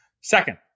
Second